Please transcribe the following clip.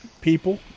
people